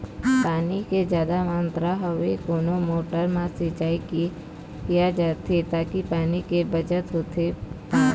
पानी के जादा मात्रा हवे कोन मोटर मा सिचाई किया जाथे ताकि पानी के बचत होथे पाए?